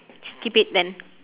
skip it then